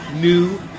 new